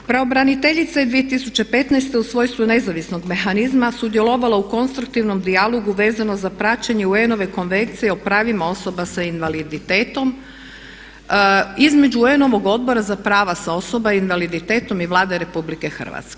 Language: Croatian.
Pravobraniteljica je 2015. u svojstvu nezavisnog mehanizma sudjelovala u konstruktivnom dijalogu vezano za praćenje UN-ove Konvencije o pravima osoba sa invaliditetom između UN-ovog Odbora za prava osoba sa invaliditetom i Vlade RH.